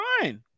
Fine